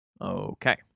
Okay